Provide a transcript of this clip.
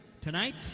tonight